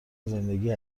زندگی